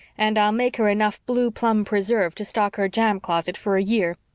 and i'll make her enough blue plum preserve to stock her jam closet for a year.